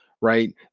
right